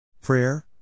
Prayer